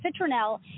Citronelle